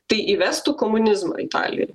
tai įvestų komunizmą italijoj